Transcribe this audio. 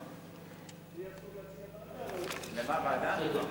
לי אסור להציע ועדה.